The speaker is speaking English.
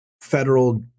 federal